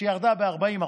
כי היא ירדה ב-40%,